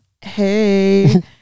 hey